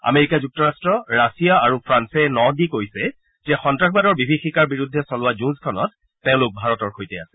America যুক্তৰাট্ট Russia আৰু ফ্ৰান্সে ন দি কৈছে যে সল্লাসবাদৰ বিভীষিকাৰ বিৰুদ্ধে চলোৱা যুঁজখনত তেওঁলোক ভাৰতৰ সৈতে আছে